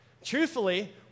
Truthfully